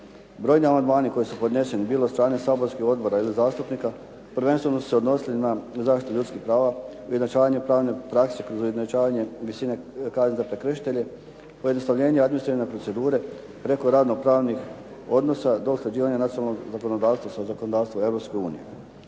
Brojni amandmani koji su podneseni bilo od strane saborskih odbora ili zastupnika prvenstveno su se odnosili na zaštitu ljudskih prava, u izjednačavanju pravne prakse kroz izjednačavanje visine kazni za prekršitelje, pojednostavljenje administrativne procedure preko radno-pravnih odnosa do usklađivanja nacionalnog zakonodavstva sa zakonodavstvom